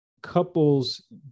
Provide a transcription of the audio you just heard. couples